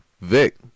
Vic